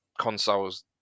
consoles